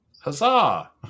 Huzzah